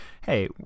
hey